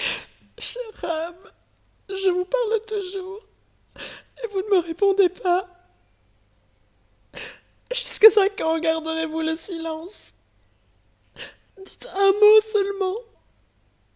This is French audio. je vous parle toujours et vous ne me répondez pas jusques à quand garderez vous le silence dites un mot seulement